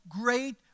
great